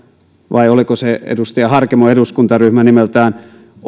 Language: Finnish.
vai oliko se nimeltään edustaja harkimon eduskuntaryhmä on